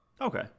Okay